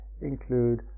include